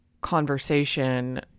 conversation